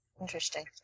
Interesting